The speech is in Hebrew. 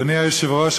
אדוני היושב-ראש,